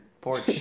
porch